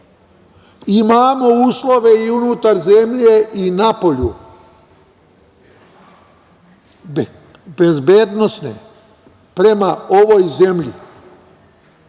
uslove i unutar zemlje i napolju bezbednosne prema ovoj zemlji